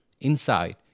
inside